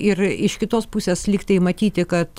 ir iš kitos pusės lyg tai matyti kad